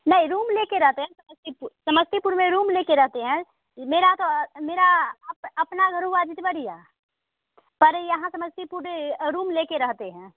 नहीं रूम ले कर रहते हैं समस्तीपुर समस्तीपुर में रूम ले कर रहते हैं मेरा तो मेरा अप अपना घर हुआ जितवरिया पर यहाँ समस्तीपुर रूम ले कर रहते हैं